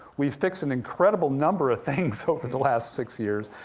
we've fixed an incredible number of things over the last six years,